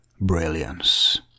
brilliance